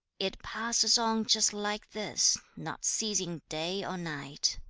it passes on just like this, not ceasing day or night